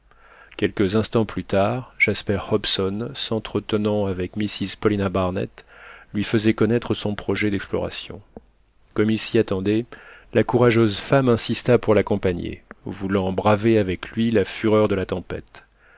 quelques instants plus tard jasper hobson s'entretenant avec mrs paulina barnett lui faisait connaître son projet d'exploration comme il s'y attendait la courageuse femme insista pour l'accompagner voulant braver avec lui la fureur de la tempête